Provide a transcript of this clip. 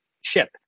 ship